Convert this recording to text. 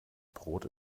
brot